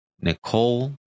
nicole